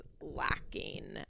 lacking